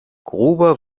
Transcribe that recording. gruber